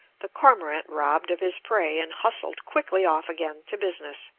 the cormorant robbed of his prey and hustled quickly off again to business.